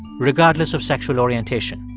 regardless of sexual orientation.